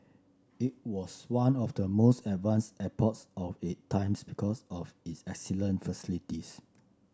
it was one of the most advanced airports of its time because of its excellent facilities